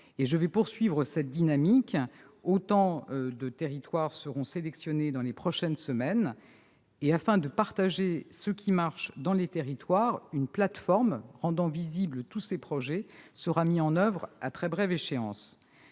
Je vais poursuivre cette dynamique et autant de territoires seront sélectionnés dans les prochaines semaines. Afin de partager ce qui marche dans les territoires, une plateforme rendant visibles tous ces projets sera mise en place à très brève échéance.